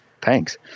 thanks